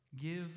Give